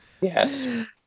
Yes